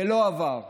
ולא עבר.